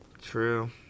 True